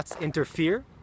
interfere